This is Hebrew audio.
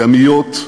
ימיות,